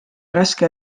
raske